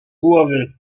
głowy